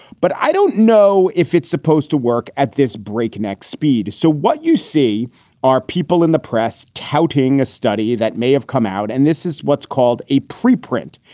but i don't know if it's supposed to work at this breakneck speed. so what you see are people in the press touting a study that may have come out. and this is what's called a preprint,